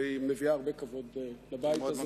זה מביא הרבה כבוד לבית הזה,